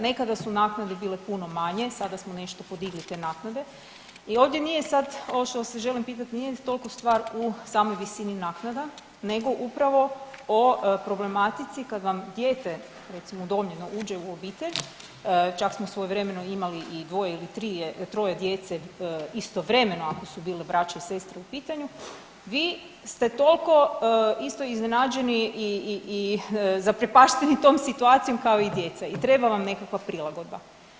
Nekada su naknade bile puno manje, sada smo nešto podigli te naknade i ovdje nije sad, ono što vas želim pitati, nije toliko stvar u svoj visini naknada, nego upravo o problematici kad vam dijete, recimo, udomljeno, uđe u obitelj, čak smo svojevremeno imali dvoje ili troje djece istovremeno, ako su bili braća i sestre u pitanju, vi ste toliko isto iznenađeni i zaprepašteni tom situacijom kao i djeca i treba vam nekakva prilagodba.